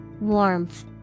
Warmth